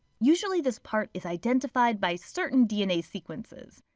usually this part is identified by certain dna sequences.